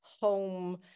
home